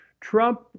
Trump